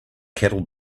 cattle